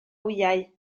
wyau